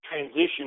transition